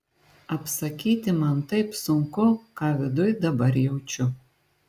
apsakyti man taip sunku ką viduj dabar jaučiu